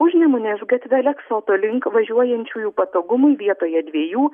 užnemunės gatve aleksoto link važiuojančiųjų patogumui vietoje dviejų